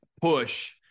push